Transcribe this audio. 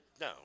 No